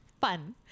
Fun